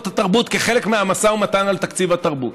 התרבות כחלק מהמשא ומתן על תקציב התרבות,